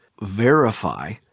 verify